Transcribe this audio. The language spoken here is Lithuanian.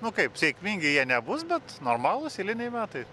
nu kaip sėkmingi jie nebus bet normalūs eiliniai metai